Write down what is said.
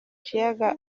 kiyaga